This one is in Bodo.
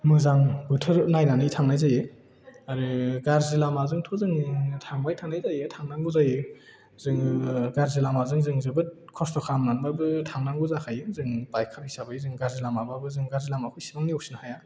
मोजां बोथोर नायनानै थांनाय जायो आरो गाज्रि लामाजोंथ' जों थांबाय थानाय जायो थांनांगौ जायो जोङो गाज्रि लामाजों जों जोबोद खस्थ' खालामनानैबाबो थांनांगौ जाखायो जों बाइकार हिसाबै जों गाज्रि लामाबाबो जों गाज्रि लामाखौ जों इसेबां नेवसिनो हाया